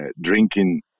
drinking